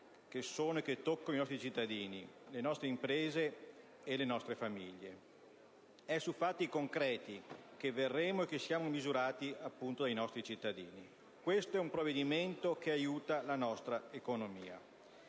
reali che toccano i nostri cittadini, le nostre famiglie e le nostre imprese. È su fatti concreti che verremo e che siamo misurati dai nostri cittadini. È questo un provvedimento che aiuta la nostra economia.